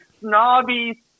snobby